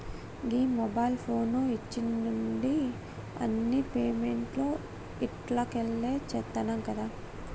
గీ mobile phone వచ్చిన్నుండి అన్ని పేమెంట్లు ఇంట్లకెళ్లే చేత్తున్నం గదా